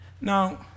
Now